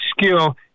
skill